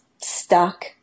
stuck